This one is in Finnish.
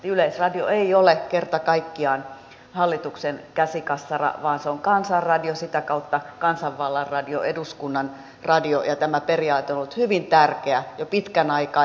yleisradio ei ole kerta kaikkiaan hallituksen käsikassara vaan se on kansan radio sitä kautta kansanvallan radio eduskunnan radio ja tämä periaate on ollut hyvin tärkeä jo pitkän aikaa